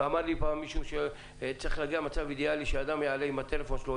ואמר לי פעם מישהו שצריך להגיע למצב אידיאלי שאדם יעלה עם הטלפון שלו,